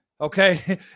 okay